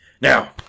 Now